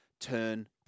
turn